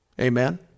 Amen